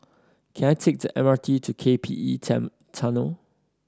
can I take the M R T to K P E Tunnel